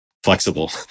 Flexible